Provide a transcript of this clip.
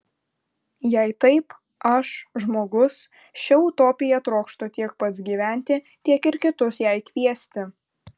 jei taip aš žmogus šia utopija trokštu tiek pats gyventi tiek ir kitus jai kviesti